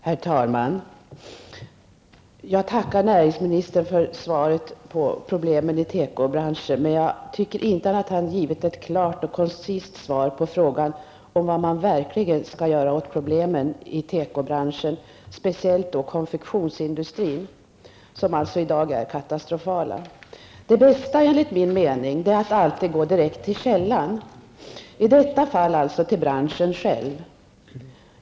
Herr talman! Jag tackar näringsministern för svaret när det gäller problemen i tekobranschen. Men jag tycker inte att han har givit ett klart och koncist svar på frågan vad man verkligen skall göra åt problemen inom teko, speciellt konfektionsindustrin, som alltså i dag är katastrofala. Det bästa enligt min mening är att alltid gå direkt till källan, i detta fall till branschen själv.